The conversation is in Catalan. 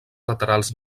laterals